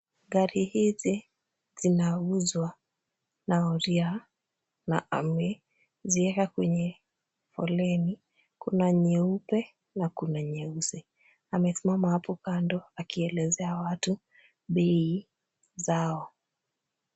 Gari hizi zinauzwa na woria na amezieka kwenye foleni. Kuna nyeupe na kuna nyeusi. Amesimama hapo kando akielezea watu bei zao.